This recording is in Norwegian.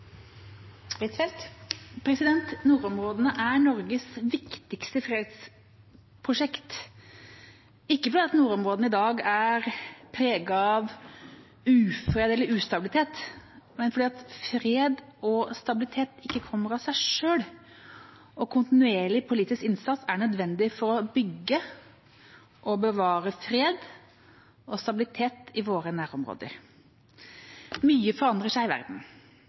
av ufred og ustabilitet, men fordi fred og stabilitet ikke kommer av seg selv. Kontinuerlig politisk innsats er nødvendig for å bygge og bevare fred og stabilitet i våre nærområder. Mye forandrer seg i verden,